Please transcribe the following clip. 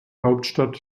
hauptstadt